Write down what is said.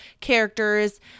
characters